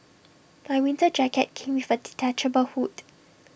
my winter jacket came with A detachable hood